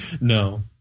No